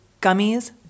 Gummies